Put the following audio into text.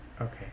Okay